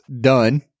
done